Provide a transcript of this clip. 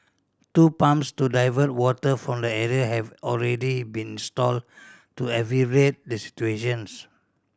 two pumps to divert water from the area have already been installed to alleviate the situations